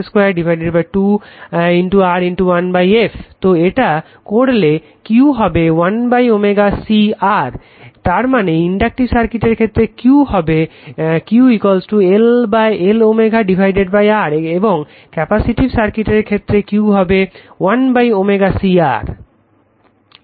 তো এটা করলে Q হবে 1ω C R তার মানে ইনডাকটিভ সার্কিটের ক্ষেত্রে Q হবে Q L ω R এবং ক্যাপাসিটিভ সার্কিটের ক্ষেত্রে এটা হবে Q 1ω C R